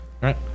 Right